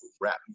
rap